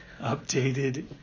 Updated